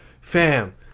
Fam